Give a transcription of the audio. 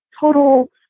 Total